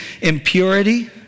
impurity